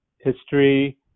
history